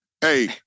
Hey